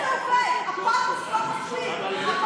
איך זה עובד, הפתוס לא מספיק.